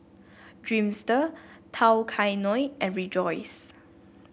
Dreamster Tao Kae Noi and Rejoice